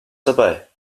dabei